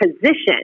position